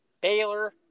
Baylor